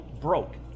broke